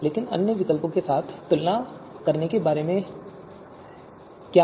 लेकिन अन्य विकल्पों के साथ तुलना के बारे में क्या